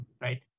right